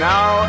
Now